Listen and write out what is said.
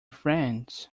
friends